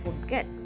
forget